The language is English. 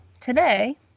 today